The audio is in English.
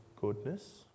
goodness